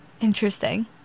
Interesting